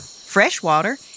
Freshwater